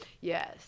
Yes